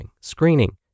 screening